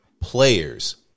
players